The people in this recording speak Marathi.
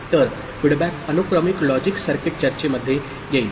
तर फीडबॅक अनुक्रमिक लॉजिक सर्किट चर्चेमध्ये येईल